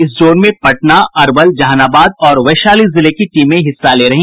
इस जोन में पटना अरवल जहानाबाद और वैशाली जिले की टीमें हिस्सा लेंगी